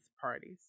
parties